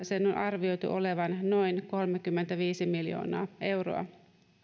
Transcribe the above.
sen suuruusluokan on arvioitu olevan noin kolmekymmentäviisi miljoonaa euroa